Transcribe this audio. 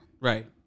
Right